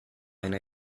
einer